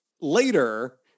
later